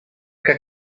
cap